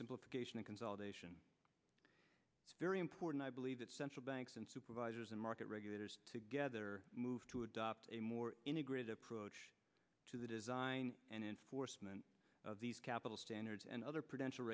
simplification of consolidation it's very important i believe that central banks and supervisors and market regulators together move to adopt a more integrated approach to the design and enforcement of these capital standards and other potential